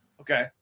Okay